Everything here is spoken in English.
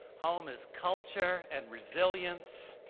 home is culture and resilience,